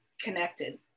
connected